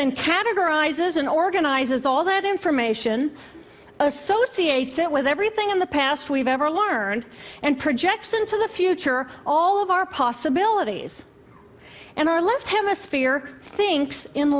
then categorizes and organizes all that information associates it with everything in the past we've ever learned and projects into the future all of our possibilities and our left hemisphere thinks in